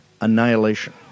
Annihilation